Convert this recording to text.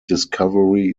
discovery